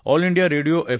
all India radio F